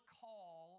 call